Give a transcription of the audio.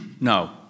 No